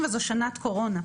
וזו שנת קורונה,